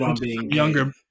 younger